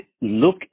look